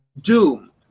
Doom